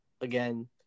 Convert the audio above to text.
again